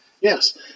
Yes